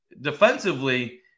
defensively